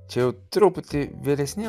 čia truputį vyresni